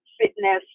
fitness